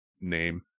name